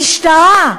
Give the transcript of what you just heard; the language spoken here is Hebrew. משטרה,